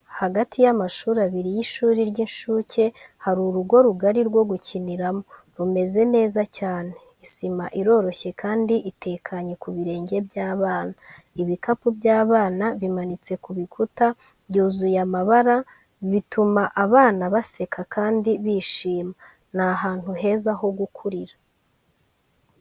Hagati y’amashuri abiri y’ishuri ry’incuke, hari urugo rugari rwo gukiniramo rumeze neza cyane. Isima iroroshye kandi itekanye ku birenge by’abana. Ibikapu by'abana bimanitse ku bikuta, byuzuye amabara, bituma abana baseka kandi bishima. Ni ahantu heza ho gukurira.